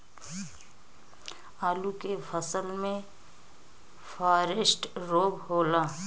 आलू के फसल मे फारेस्ट रोग होला?